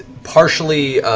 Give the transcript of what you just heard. partially